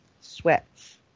sweats